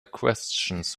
questions